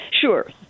Sure